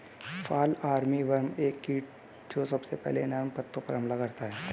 fall armyworm एक कीट जो सबसे पहले नर्म पत्तों पर हमला करता है